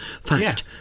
Fact